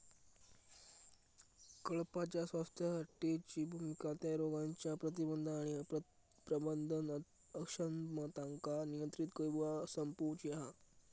कळपाच्या स्वास्थ्यासाठीची भुमिका त्या रोगांच्या प्रतिबंध आणि प्रबंधन अक्षमतांका नियंत्रित किंवा संपवूची हा